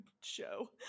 show